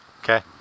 Okay